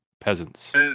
peasants